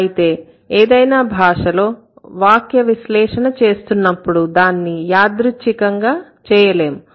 అయితే ఏదైనా ఒక భాషలో వాక్య విశ్లేషణ చేస్తున్నప్పుడు దాన్ని యాదృచ్ఛికంగా చేయలేము